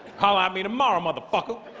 holla at me tomorrow, motherfucker